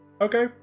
Okay